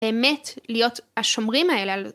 באמת להיות השומרים האלה.